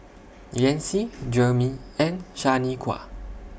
Yancy Jermey and Shaniqua